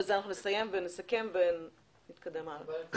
בזה אנחנו נסיים ונסכם ונתקדם הלאה.